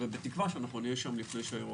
ובתקווה שאנחנו נהיה שם לפני שהאירוע החל.